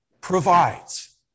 provides